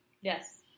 Yes